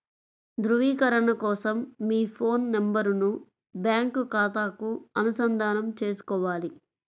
ధ్రువీకరణ కోసం మీ ఫోన్ నెంబరును బ్యాంకు ఖాతాకు అనుసంధానం చేసుకోవాలి